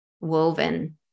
woven